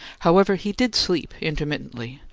however, he did sleep intermittently,